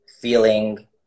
feeling